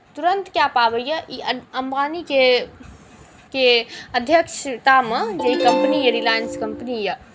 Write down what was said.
तुरन्त कए पाबैए ई अम्बानीके अध्यक्षतामे जे ई कम्पनी यए रिलायन्स कम्पनी यए